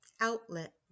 outlet